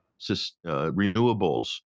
renewables